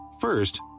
First